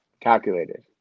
Calculated